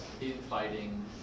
infighting